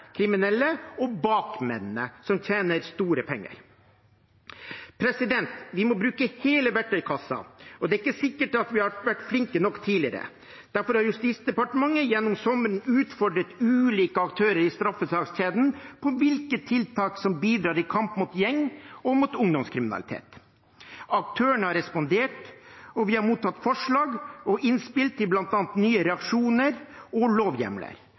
kriminelle og bakmennene, som tjener store penger. Vi må bruke hele verktøykassa, og det er ikke sikkert at vi har vært flinke nok tidligere. Derfor har Justisdepartementet gjennom sommeren utfordret ulike aktører i straffesakskjeden på hvilke tiltak som bidrar i kampen mot gjeng- og ungdomskriminalitet. Aktørene har respondert, og vi har mottatt forslag og innspill til bl.a. nye reaksjoner og lovhjemler